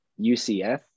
UCF